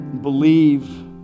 believe